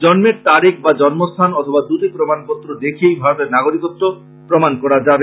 জন্ম তারিখ অথবা জন্মস্থান অথবা প্রমানপত্র দেখিয়েই ভারতের নাগরিকত্ব প্রমান করা যাবে